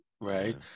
Right